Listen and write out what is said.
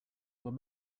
were